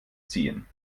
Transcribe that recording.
ziehen